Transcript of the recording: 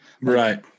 Right